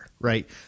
Right